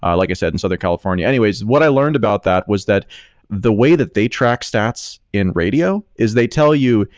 i like said, in southern california. anyways, what i learned about that was that the way that they track stats in radio is they tell you,